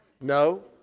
No